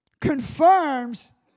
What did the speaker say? confirms